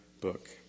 book